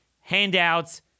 handouts